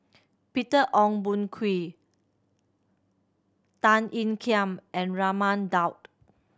Peter Ong Boon Kwee Tan Ean Kiam and Raman Daud